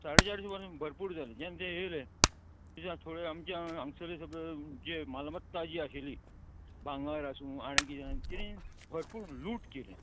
साडे चारशीं व भरपूर जालें जेन्ना तें येयलें थोडें आमचें हांगसलें सगळें जें मालमत्ता जी आशिल्ली भांगर आसूं आनी किदें किदें भरपूर लूट केलें